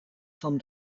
from